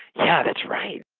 yeah, that's right.